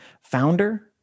founder